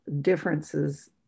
differences